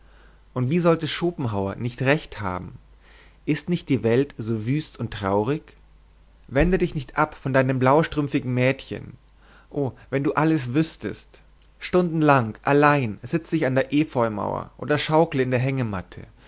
und wie sollte schopenhauer nicht recht haben ist nicht die welt so wüst und traurig wende dich nicht ab von deinem blaustrümpfigen mädchen o wenn du alles wüßtest stundenlang allein sitze ich an der efeumauer oder schaukele in der hängematte